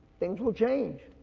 things will change.